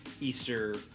Easter